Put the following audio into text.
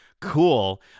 cool